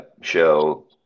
show